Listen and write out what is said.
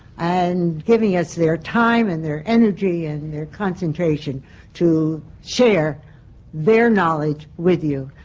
and giving us their time and their energy and their concentration to share their knowledge with you.